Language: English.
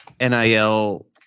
NIL